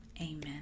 amen